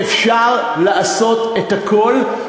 ואפשר לעשות את הכול,